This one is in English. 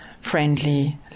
friendly